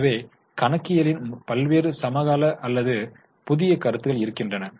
எனவே கணக்கியலின் பல்வேறு சமகால அல்லது புதிய கருத்துக்கள் இருக்கின்றன